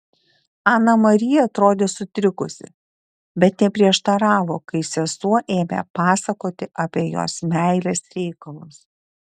ana marija atrodė sutrikusi bet neprieštaravo kai sesuo ėmė pasakoti apie jos meilės reikalus